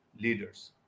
leaders